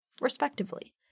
respectively